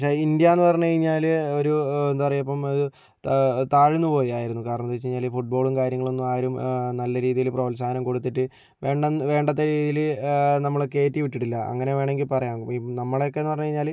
പക്ഷെ ഇന്ത്യായെന്ന് പറഞ്ഞു കഴിഞ്ഞാൽ ഒരു എന്താ പറയുക ഇപ്പോൾ താഴ്ന്നു പോയിരുന്നു കാരണം എന്താണെന്ന് വച്ചു കഴിഞ്ഞാൽ ഫുട്ബോളും കാര്യങ്ങളൊന്നും ആരും നല്ല രീതിയിൽ പ്രോത്സാഹനം കൊടുത്തിട്ട് വേണ്ട വേണ്ടാത്ത രീതിയിൽ നമ്മളെ കയറ്റി വിട്ടിട്ടില്ല അങ്ങനെ വേണമങ്കിൽ പറയാം ഈ നമ്മുടെയൊക്കെയെന്ന് പറഞ്ഞു കഴിഞ്ഞാൽ